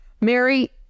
Mary